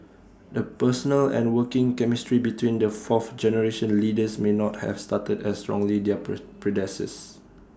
the personal and working chemistry between the fourth generation leaders may not have started as strongly their per predecessors